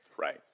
Right